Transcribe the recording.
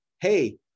Hey